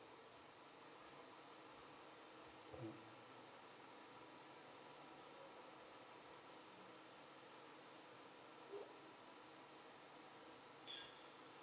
mm